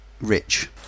rich